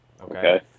Okay